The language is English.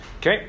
Okay